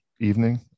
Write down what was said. evening